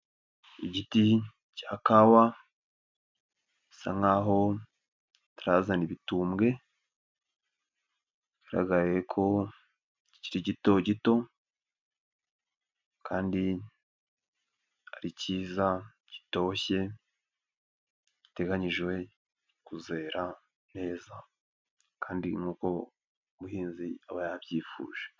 Igiti cya kawa, gisa nk'aho kitarazana ibitumbwe, bigaragare ko kikiri gito gito, kandi ari cyiza gitoshye, giteganijwe kuzera neza, kandi nk'uko umuhinzi aba yabyifuje.